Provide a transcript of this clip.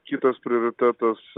kitas prioritetas